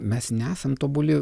mes nesam tobuli